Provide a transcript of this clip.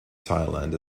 thailand